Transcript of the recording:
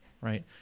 right